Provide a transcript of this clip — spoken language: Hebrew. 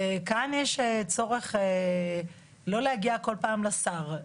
כאן יש צורך לא להגיע כל פעם לשר,